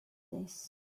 this